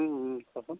ও ও ক'চোন